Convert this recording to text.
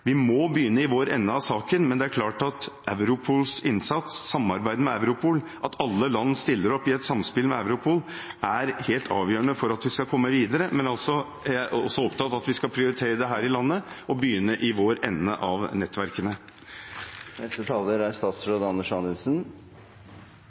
Vi må begynne i vår ende av saken, men det er klart at Europols innsats, samarbeid med Europol, at alle land stiller opp i et samspill med Europol, er helt avgjørende for at vi skal komme videre. Jeg er også opptatt av at vi skal prioritere det her i landet, og begynne i vår ende av nettverkene.